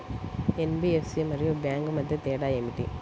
NBFC మరియు bank మధ్య తేడా ఏమిటి?